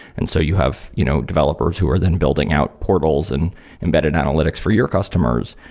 and so you have you know developers who are then building out portals and embedded analytics for your customers.